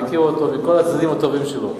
אני מכיר אותו מכל הצדדים הטובים שבו.